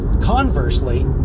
Conversely